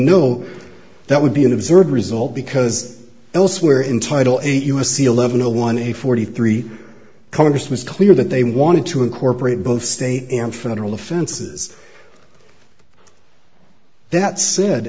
know that would be an absurd result because elsewhere in title eight u s c eleven zero one a forty three congress was clear that they wanted to incorporate both state and federal offenses that said